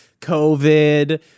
COVID